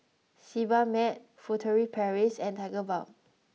Sebamed Furtere Paris and Tigerbalm